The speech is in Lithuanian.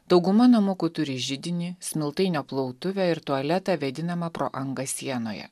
dauguma namukų turi židinį smiltainio plautuvę ir tualetą vėdinama pro angą sienoje